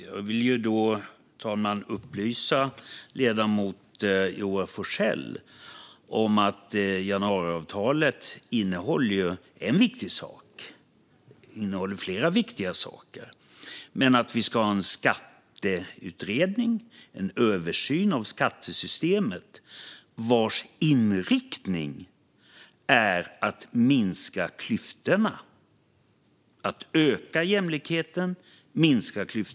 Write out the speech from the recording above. Jag vill upplysa ledamoten Joar Forssell om att januariavtalet innehåller en viktig sak bland flera viktiga saker: Vi ska ha en skatteutredning, en översyn av skattesystemet, vars inriktning är att minska klyftorna och att öka jämlikheten.